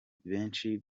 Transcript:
benshi